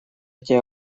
тебя